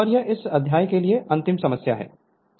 और यह इस अध्याय के लिए अंतिम समस्या है